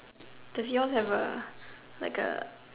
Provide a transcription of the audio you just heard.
there just have a like A